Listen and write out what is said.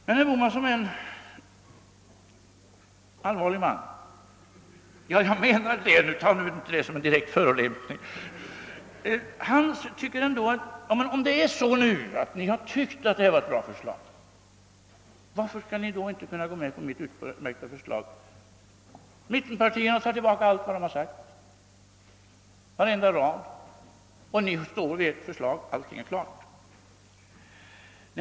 Herr Bohman som är en allvarlig man — jag menar verkligen detta och det skall nu inte tas som en förolämpning — frågar sig varför vi, om vi ändå anser förslaget vara bra, inte kan gå med på hans uppslag; mittenpartierna tar tillbaka allting de sagt, varenda rad, och regeringen håller fast vid sitt förslag — och allting är klart.